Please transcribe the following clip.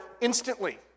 instantly